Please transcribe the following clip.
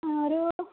ഒരു